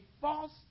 false